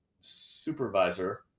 supervisor